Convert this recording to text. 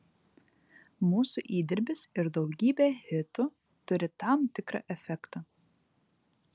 mūsų įdirbis ir daugybė hitų turi tam tikrą efektą